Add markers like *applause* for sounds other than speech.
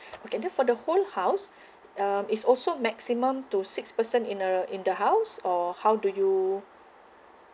*breath* and then for the whole house *breath* um it's also maximum to six person in a in the house or how do you